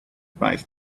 prize